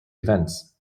events